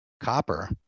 copper